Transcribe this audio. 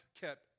kept